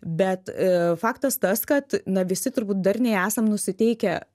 bet a faktas tas kad na visi turbūt darniai esam nusiteikę